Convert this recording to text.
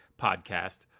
podcast